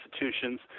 institutions